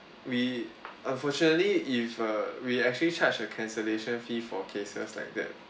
we unfortunately if uh we actually charge a cancellation fee for cases like that